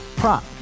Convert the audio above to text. prop